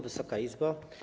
Wysoka Izbo!